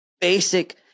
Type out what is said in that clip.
basic